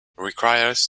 requires